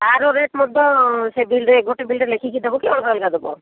ଆର rate ମଧ୍ୟ ସେ bill ଗୋଟେ ବିଲ ରେ ଲେଖିକି ଦବ କି ଅଲଗା ଅଲଗା ଦବ